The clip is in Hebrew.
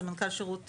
סמנכ"ל שירות,